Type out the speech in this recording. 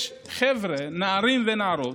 יש חבר'ה, נערים ונערות,